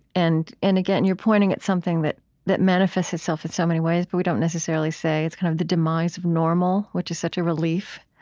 and and again, you're pointing at something that that manifests itself in so many ways. but we don't necessarily say, it's kind of the demise of normal, which is such a relief.